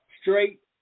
straight